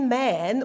men